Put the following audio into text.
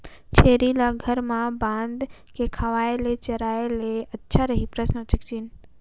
छेरी ल घर म बांध के खवाय ले चराय ले अच्छा रही?